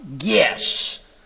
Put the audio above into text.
Yes